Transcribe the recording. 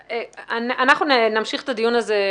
אנחנו נמשיך את הדיון הזה.